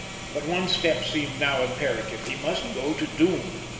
but one step seemed now imperative he must go to doom,